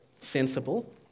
sensible